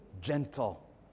gentle